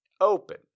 open